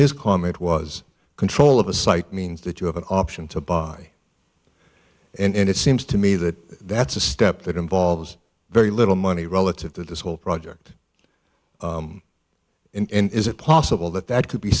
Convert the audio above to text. his comment was control of a site means that you have an option to buy and it seems to me that that's a step that involves very little money relative to the school project and is it possible that that could be